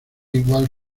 igual